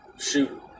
shoot